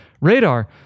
radar